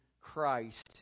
Christ